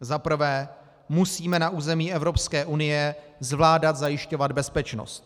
Za prvé, musíme na území Evropské unie zvládat zajišťovat bezpečnost.